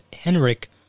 Henrik